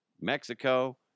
Mexico